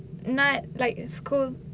not like school